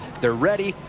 they're ready.